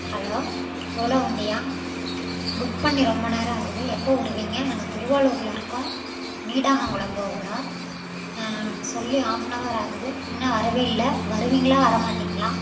hello Ola வண்டியா book பண்ணி ரொம்ப நேரம் ஆகுது எப்போ வருவீங்க நாங்கள் திருவாள்ளூரில் இருக்கோம் நீடாமங்கலம் போகணும் சொல்லி ஹாஃப் ஹாவர் ஆகுது இன்னும் வரவே இல்லை வருவீங்களா வரமாட்டிங்களா